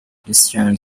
christian